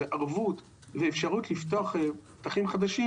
וערבות ואפשרות לפתוח פתחים חדשים,